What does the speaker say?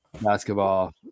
basketball